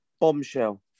bombshell